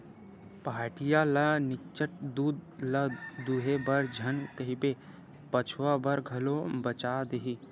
पहाटिया ल निच्चट दूद ल दूहे बर झन कहिबे बछवा बर घलो बचा देही